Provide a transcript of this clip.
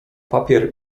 papier